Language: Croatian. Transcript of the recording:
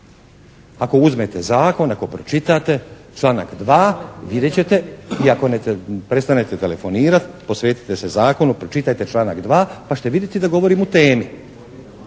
Ako uzmete zakon, ako pročitate članak 2. vidjet ćete, i ako ne prestanete telefonirati, posvetite se zakonu, pročitajte članak 2. pa ćete vidjeti da govorim u temi.